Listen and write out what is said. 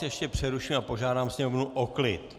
Ještě vás přeruším a požádám sněmovnu o klid.